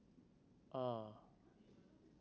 ah